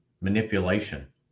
manipulation